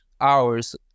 hours